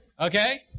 Okay